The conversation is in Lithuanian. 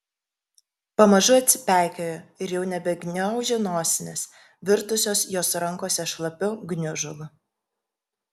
pamažu atsipeikėjo ir jau nebegniaužė nosinės virtusios jos rankose šlapiu gniužulu